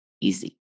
easy